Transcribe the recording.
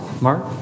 Mark